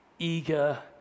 Eager